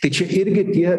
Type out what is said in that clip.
tai čia irgi tie